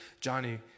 Johnny